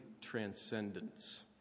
transcendence